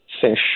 fish